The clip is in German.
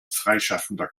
freischaffender